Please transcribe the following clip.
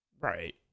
Right